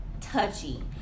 touchy